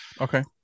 Okay